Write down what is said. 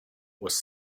was